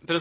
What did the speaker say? det?